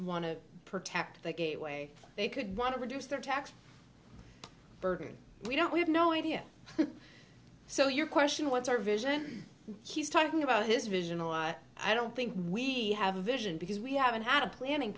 want to protect the gateway they could want to reduce their tax burden we don't we have no idea so your question what's our vision he's talking about his vision i don't think we have a vision because we haven't had a planning